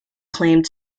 claimed